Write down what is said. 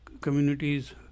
communities